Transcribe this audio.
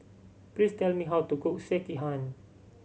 please tell me how to cook Sekihan